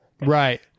Right